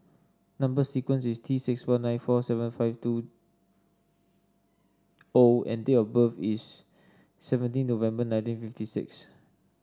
number sequence is T six one nine four seven five two O and date of birth is seventeen November nineteen fifty six